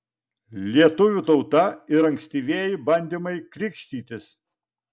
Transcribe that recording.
lietuvių tauta ir ankstyvieji bandymai krikštytis